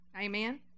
Amen